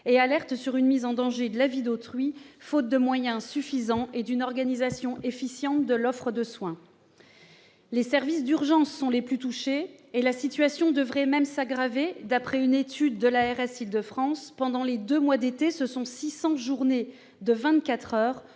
et alertent sur une mise en danger de la vie d'autrui, faute de moyens suffisants et d'une organisation efficiente de l'offre de soins. Les services d'urgences sont les plus touchés et la situation devrait même s'aggraver : d'après une étude de l'agence régionale de santé Île-de-France, au cours des deux